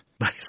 Nice